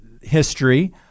history